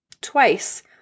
twice